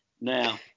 Now